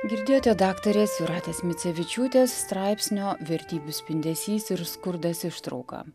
girdėjote daktarės jūratės micevičiūtės straipsnio vertybių spindesys ir skurdas ištrauka